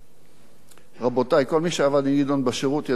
כל מי שעבד עם גדעון בשירות ידע שלא צריך לקנות סיגריות,